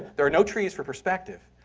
there are no trees for perspective.